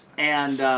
and